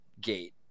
gate